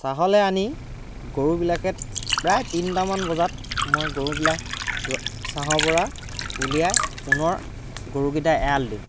ছাঁহলৈ আনি গৰুবিলাকহেঁত প্ৰায় তিনিটামান বজাত মই গৰুবিলাক ৰ ছাঁহৰ পৰা উলিয়াই পুনৰ গৰুকেইটা এৰাল দিওঁ